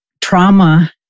trauma